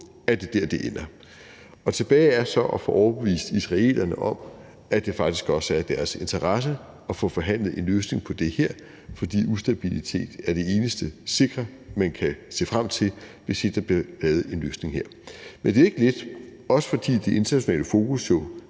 at det er der, det ender. Tilbage er så at få overbevist israelerne om, at det faktisk også er i deres interesse at få forhandlet en løsning på det her, fordi ustabilitet er det eneste sikre, man kan se frem til, hvis ikke der bliver lavet en løsning her. Men det er ikke let, også fordi det internationale fokus